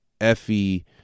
Effie